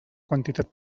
quantitat